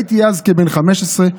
הייתי אז כבן 15,